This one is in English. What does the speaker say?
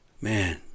man